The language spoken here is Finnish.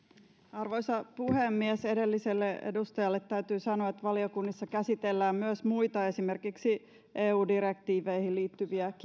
arvoisa puhemies edelliselle edustajalle täytyy sanoa että valiokunnissa käsitellään myös muita esimerkiksi eu direktiiveihin liittyviä kiireisiä